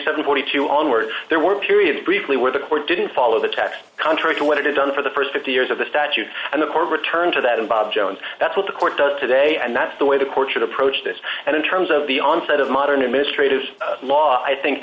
dollars onward there were periods briefly where the court didn't follow the text contrary to what is done for the st fifty years of the statute and therefore return to that and bob jones that's what the court does today and that's the way the court should approach this and in terms of the onset of modern administrative law i think